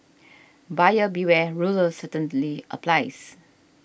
buyer beware ruler certainly applies